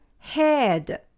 Head